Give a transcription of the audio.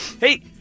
Hey